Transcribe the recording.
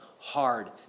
hard